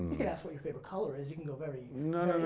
yeah ask what your favorite color is. you can go very